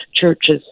churches